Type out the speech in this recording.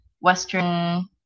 western